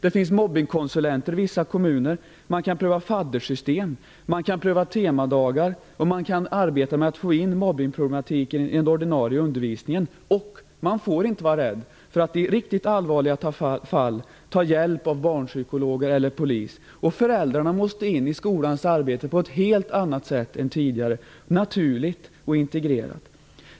Det finns mobbningskonsulenter i vissa kommuner. Man kan pröva faddersystem och temadagar samt arbeta med att få in mobbningsproblematiken i den ordinarie undervisningen. Man får inte heller vara rädd för att i riktigt allvarliga fall ta hjälp av barnpsykologer eller polis. Föräldrarna måste också in i skolans arbete på ett helt annat sätt än tidigare, naturligt och integrerat.